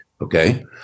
Okay